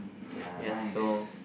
ya nice